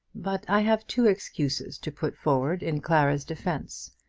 but i have two excuses to put forward in clara's defence.